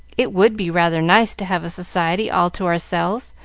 it would be rather nice to have a society all to ourselves,